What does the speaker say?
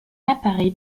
appareil